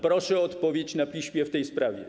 Proszę o odpowiedź na piśmie w tej sprawie.